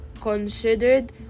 considered